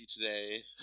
today